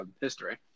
history